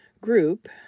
group